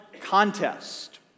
contest